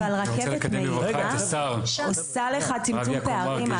אבל רכבת מהירה עושה לך צמצום פערים.